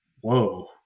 Whoa